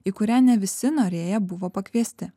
į kurią ne visi norėję buvo pakviesti